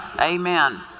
Amen